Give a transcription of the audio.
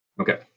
Okay